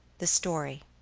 the story